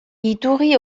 iturri